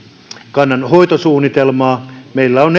kannanhoitosuunnitelmaa meillä on